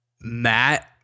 Matt